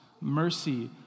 mercy